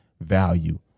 value